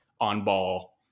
on-ball